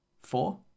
four